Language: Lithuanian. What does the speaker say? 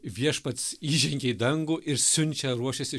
viešpats įžengė į dangų ir siunčia ruošiasi